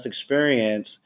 experience